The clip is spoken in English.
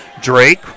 Drake